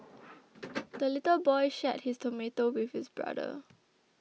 the little boy shared his tomato with his brother